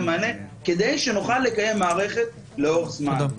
מענה כדי שנוכל לקיים מערכת לאורך זמן.